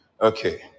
okay